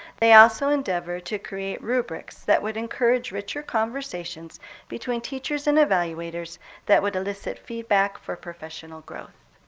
they also endeavor to create rubrics that would encourage richer conversations between teachers and evaluators that would elicit feedback for professional growth.